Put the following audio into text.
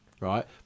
right